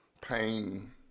Pain